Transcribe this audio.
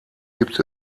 gibt